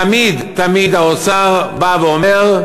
תמיד תמיד האוצר בא ואומר: